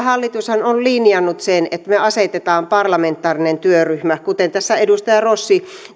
hallitushan on linjannut sen että me asetamme parlamentaarisen työryhmän kuten tässä edustaja rossi